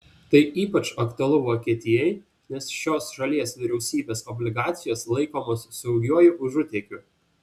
tai ypač aktualu vokietijai nes šios šalies vyriausybės obligacijos laikomos saugiuoju užutėkiu